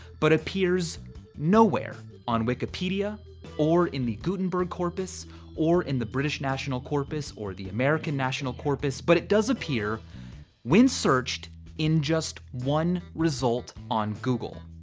but appears nowhere on wikipedia or in the gutenberg corpus or in the british national corpus or the american national corpus, but it does appear when searched in just one result on google.